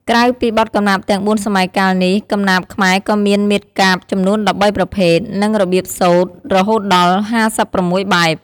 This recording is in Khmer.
ក្រៅពីបទកំណាព្យទាំងបួនសម័យកាលនេះ កំណាព្យខ្មែរក៏មាន មាត្រកាព្យ ចំនួន ១៣ ប្រភេទ និង របៀបសូត្រ រហូតដល់ ៥៦ បែប។